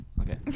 okay